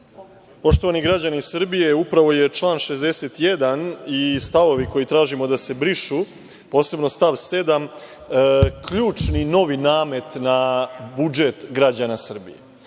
Poštovani građani Srbije, upravo je član 61. i stavovi koje tražimo da se brišu, posebno stav 7. ključni novi namet na budžet građana Srbije.